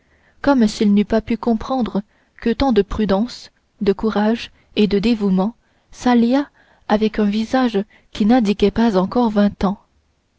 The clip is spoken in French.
comme s'il n'eût pas pu comprendre que tant de prudence de courage et de dévouement s'alliât avec un visage qui n'indiquait pas encore vingt ans